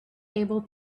able